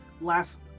Last